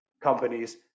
companies